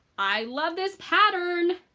i love this pattern.